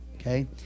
Okay